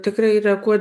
tikrai yra kuo